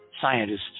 scientists